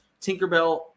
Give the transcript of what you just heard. Tinkerbell